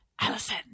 Allison